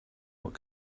what